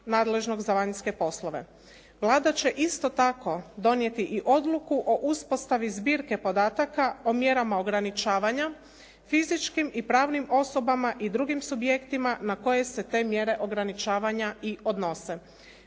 nadležnog za vanjske poslove. Vlada će isto tako donijeti i odluku o uspostavi zbirke podatka o mjerama ograničavanja fizičkim i pravnim osobama i drugim subjektima na koje se te mjere ograničavanja i odnose.